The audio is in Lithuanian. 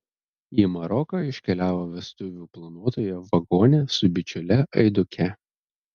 į maroką iškeliavo vestuvių planuotoja vagonė su bičiule aiduke